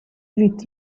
with